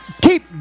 keep